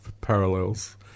parallels